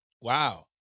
Wow